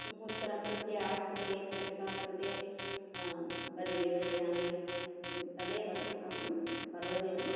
पुत्रः पुत्र्याः कृते पुत्रिका कृते परिवेषयामि तदेव अहं पर्वदिनम्